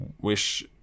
wish